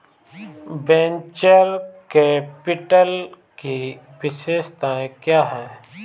Venture capital की विशेषताएं क्या हैं?